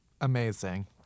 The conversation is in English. Amazing